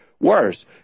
worse